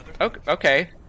okay